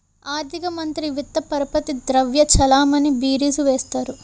ఆర్థిక మంత్రి విత్త పరపతి ద్రవ్య చలామణి బీరీజు వేస్తారు